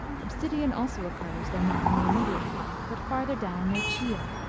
obsidian also occurs, though not on the immediate flank, but farther down near chillo.